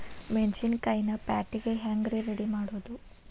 ಮೆಣಸಿನಕಾಯಿನ ಪ್ಯಾಟಿಗೆ ಹ್ಯಾಂಗ್ ರೇ ರೆಡಿಮಾಡೋದು?